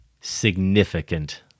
significant